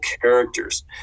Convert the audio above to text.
characters